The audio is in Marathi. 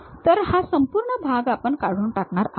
तर हा संपूर्ण भाग आपण काढून टाकणार आहोत